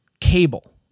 cable